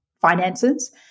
finances